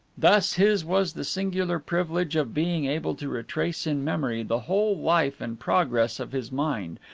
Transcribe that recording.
thus his was the singular privilege of being able to retrace in memory the whole life and progress of his mind,